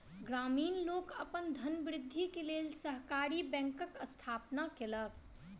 ग्रामीण लोक अपन धनवृद्धि के लेल सहकारी बैंकक स्थापना केलक